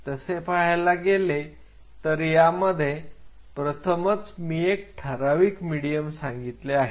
तसे पाहायला गेले तर यामध्ये प्रथमच मी एक ठराविक मिडीयम सांगितले आहे